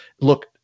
look –